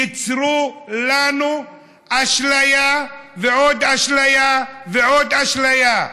ייצרו לנו אשליה ועוד אשליה ועוד אשליה.